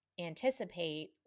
anticipate